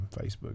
Facebook